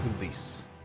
release